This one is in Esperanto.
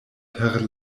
per